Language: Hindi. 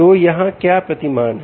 तो यहाँ क्या प्रतिमान है